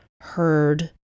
heard